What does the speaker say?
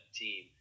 team